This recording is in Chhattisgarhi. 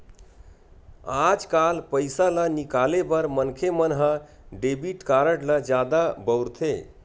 आजकाल पइसा ल निकाले बर मनखे मन ह डेबिट कारड ल जादा बउरथे